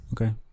Okay